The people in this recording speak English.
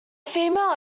female